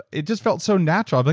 it just felt so natural. but